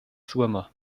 swimmer